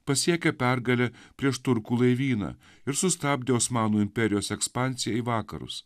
pasiekė pergalę prieš turkų laivyną ir sustabdė osmanų imperijos ekspansija į vakarus